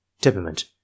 temperament